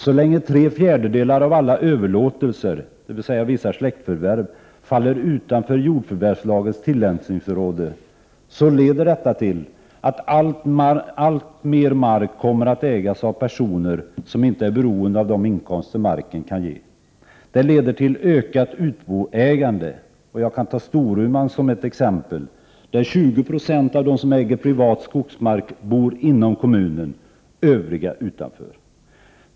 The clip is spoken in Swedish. Så länge tre fjärdedelar av alla överlåtelser, dvs. vissa släktförvärv, faller utanför jordförvärvslagens tillämpningsområde leder detta till att alltmer mark kommer att ägas av personer som inte är beroende av de inkomster marken kan ge. Det leder till ökat utboägande. Jag kan ta Storuman som exempel, där 20 20 av dem som äger privat skogsmark bor inom kommunen, övriga utanför.